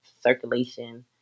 circulation